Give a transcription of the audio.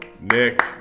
Nick